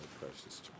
precious